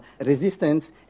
resistance